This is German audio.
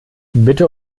bitte